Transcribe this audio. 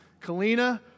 Kalina